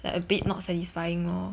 like a bit not satisfying lor